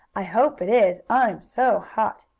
i hope it is. i'm so hot!